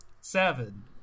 seven